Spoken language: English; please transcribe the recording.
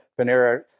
Panera